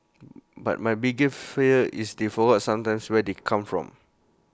but my bigger fear is they forward sometimes where they come from